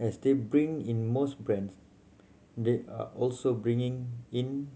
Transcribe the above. as they bring in more brands they are also bringing in